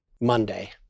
Monday